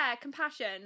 compassion